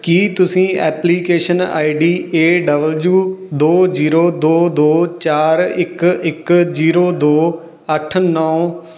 ਕੀ ਤੁਸੀਂ application I D A W ਦੋ zero ਦੋ ਦੋ ਚਾਰ ਇੱਕ ਇੱਕ ਜ਼ੀਰੋ ਦੋ ਅੱਠ ਨੌ